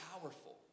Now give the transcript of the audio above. powerful